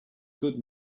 good